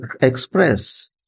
express